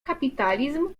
kapitalizm